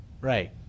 right